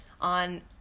on